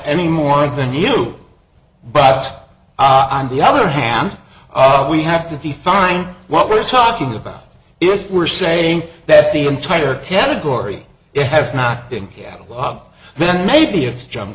anymore than you but i'm the other hand we have to define what we're talking about if we're saying that the entire category it has not been catalogued then maybe it's ju